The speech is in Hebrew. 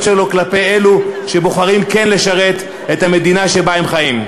שלו כלפי אלה שבוחרים כן לשרת את המדינה שבה הם חיים.